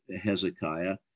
Hezekiah